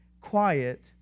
quiet